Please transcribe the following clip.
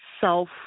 self